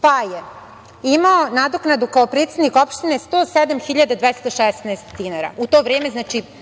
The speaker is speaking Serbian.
pa je imao nadoknadu kao predsednik opštine 107.216 dinara - u to vreme